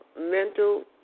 mental